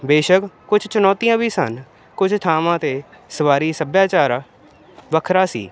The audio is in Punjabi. ਬੇਸ਼ੱਕ ਕੁਛ ਚੁਣੌਤੀਆਂ ਵੀ ਸਨ ਕੁਝ ਥਾਵਾਂ 'ਤੇ ਸਵਾਰੀ ਸੱਭਿਆਚਾਰ ਵੱਖਰਾ ਸੀ